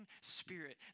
Spirit